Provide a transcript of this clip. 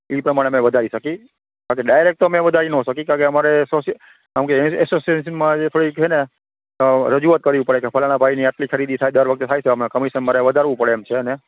ઇ પ્રમાણે અમે વધારી સકી બાકી ડાયરેક તો અમે વધારી ન સકી કારણ કે અમારે સોસા કેમકે એસોસિયનશમાં આજે થોડીક હેને રજૂઆત કરવી પડે કે ફલાણા ભાઈ ની આટલી ખરીદી થાયે દર વખતે થાયે એમા કમિશન મારે વધારવું પડે એમ છેને